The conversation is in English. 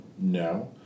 No